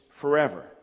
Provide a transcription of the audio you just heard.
forever